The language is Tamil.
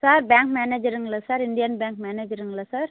சார் பேங்க் மேனேஜருங்களா சார் இந்தியன் பேங்க் மேனேஜருங்களா சார்